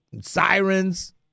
sirens